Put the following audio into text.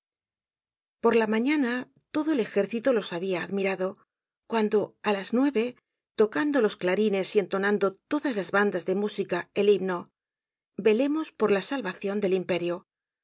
por la mañana todo el ejército los habia admirado cuando á las nueve tocando los clarines y entonando todas las bandas de música el himno velemos por la salvacion del imperio